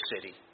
city